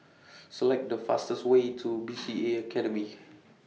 Select The fastest Way to B C A Academy